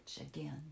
again